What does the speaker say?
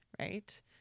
right